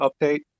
Update